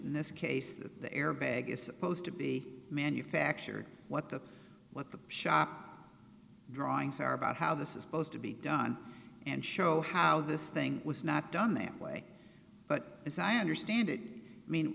in this case the airbag is supposed to be manufactured what the what the shop drawings are about how this is supposed to be done and show how this thing was not done that way but as i understand it i mean